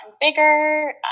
bigger